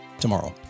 Tomorrow